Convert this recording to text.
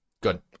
Good